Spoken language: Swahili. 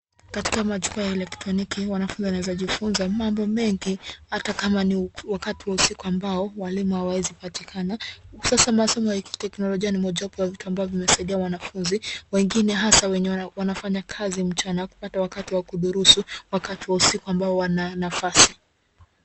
Katika majukwa ya elektroniki, wanafunzi wanaweza jifunza mambo mengi hata kama ni wakati wa usiku, ambao, walimu wengi hawawezi patikana. Sasa masomo ya kiteknolojia ni moja wapo ya vitu imesaidia wanafunzi wengine, hasa wenye wanafanya kazi mchana kupata wakati wa kudurusu wakati wa usiku ambao wana nafasi.